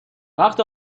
وقت